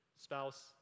spouse